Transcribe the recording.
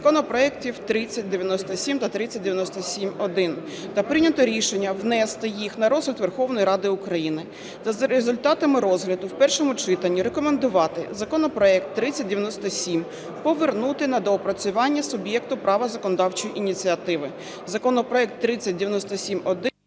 законопроектів 3097 та 3097-1 та прийнято рішення внести їх на розгляд Верховної Ради України, та за результатами розгляду в першому читанні рекомендувати законопроект 3097 повернути на доопрацювання суб'єкту права законодавчої ініціативи. Законопроект 3097-1…